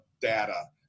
data